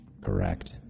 Correct